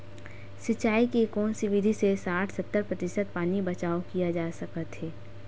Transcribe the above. सिंचाई के कोन से विधि से साठ सत्तर प्रतिशत पानी बचाव किया जा सकत हे?